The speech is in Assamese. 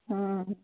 ওম